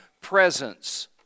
presence